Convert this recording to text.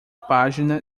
página